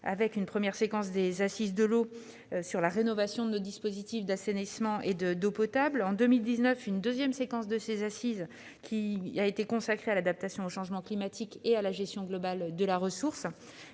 d'une première séquence des Assises de l'eau portant sur la rénovation de nos dispositifs d'assainissement et d'eau potable. En 2019, une deuxième séquence des Assises de l'eau a été consacrée à l'adaptation au changement climatique et à la gestion globale de la ressource.